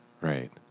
Right